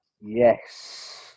Yes